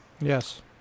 Yes